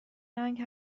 رنگ